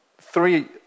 three